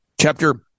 chapter